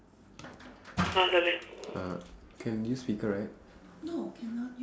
uh can mute speaker right